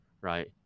right